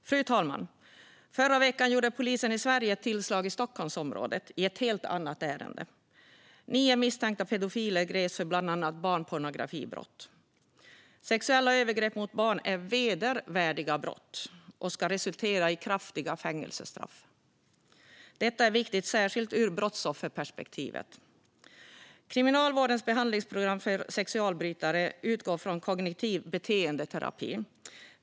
Fru talman! Förra veckan gjorde svensk polis ett tillslag i Stockholmsområdet i ett annat ärende. Nio misstänkta pedofiler greps för bland annat barnpornografibrott. Sexuella övergrepp mot barn är vedervärdiga brott som ska resultera i hårda fängelsestraff. Detta är särskilt viktigt ur ett brottsofferperspektiv. Kriminalvårdens behandlingsprogram för sexualförbrytare utgår från kognitiv beteendeterapi.